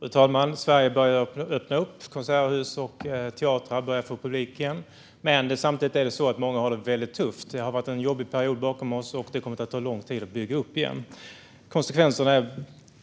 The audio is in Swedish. Fru talman! Sverige har öppnats. Konserthus och teatrar börjar att få publik igen. Men samtidigt har många det tufft. Vi har haft en jobbig period bakom oss, och uppbyggnaden kommer att ta tid. Konsekvenserna